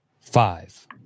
Five